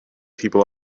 people